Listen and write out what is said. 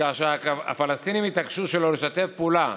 כאשר הפלסטינים התעקשו שלא לשתף פעולה